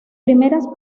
primeras